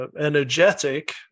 energetic